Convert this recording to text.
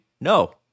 No